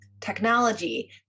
technology